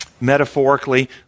Metaphorically